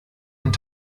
und